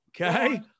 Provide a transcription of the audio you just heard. Okay